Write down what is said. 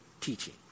teaching